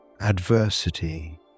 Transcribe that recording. adversity